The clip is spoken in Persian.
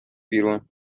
بیرون